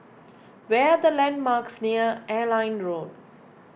where are the landmarks near Airline Road